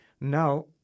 Now